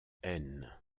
haine